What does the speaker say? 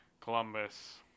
columbus